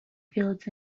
fields